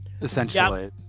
Essentially